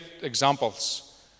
examples